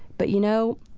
but, you know,